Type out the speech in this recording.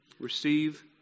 Receive